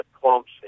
clumps